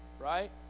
right